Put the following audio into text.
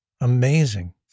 Amazing